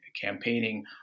campaigning